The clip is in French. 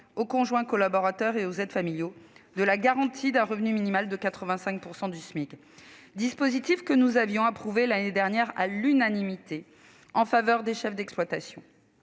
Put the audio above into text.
aux conjoints collaborateurs et aux aides familiaux de la garantie d'un revenu minimal de 85 % du SMIC, dispositif que nous avions approuvé l'année dernière à l'unanimité en faveur des chefs d'exploitation.